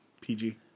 PG